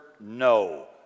no